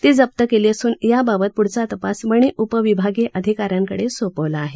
ती जप्त केली असुन याबाबत प्ढचा तपास वणी उपविभागीय अधिकाऱ्यांकडे सोपवला आहे